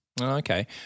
Okay